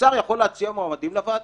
השר יכול להציע מועמדים לוועדה,